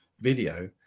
video